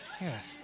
yes